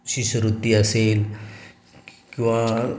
शिष्यवृत्ती असेल किंवा